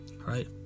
Right